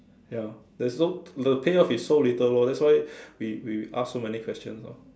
ya there's no the payoff is so little lor that's why we we ask so many questions lor